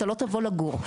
אתה לא תבוא לגור.